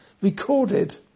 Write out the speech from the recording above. recorded